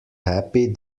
happy